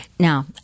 Now